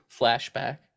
flashback